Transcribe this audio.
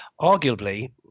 arguably